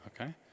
Okay